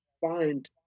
find